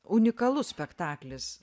unikalus spektaklis